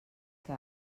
que